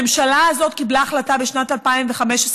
הממשלה הזאת קיבלה החלטה בשנת 2015,